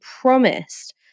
promised